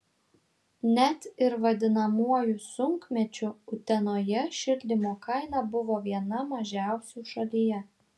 net ir vadinamuoju sunkmečiu utenoje šildymo kaina buvo viena mažiausių šalyje